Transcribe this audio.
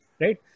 Right